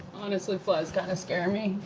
honestly, flies kind of scare me,